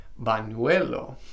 Banuelo